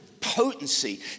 potency